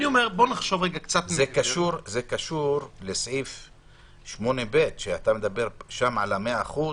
זה קשור לסעיף 8ב, שאתה מדבר שם על ה-100%.